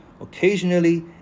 Occasionally